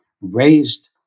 raised